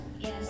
Yes